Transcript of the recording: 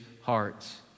hearts